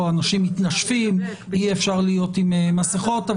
אנשים מתנשפים ואי אפשר להיות עם מסכות.